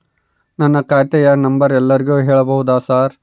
ನನ್ನ ಖಾತೆಯ ನಂಬರ್ ಎಲ್ಲರಿಗೂ ಹೇಳಬಹುದಾ ಸರ್?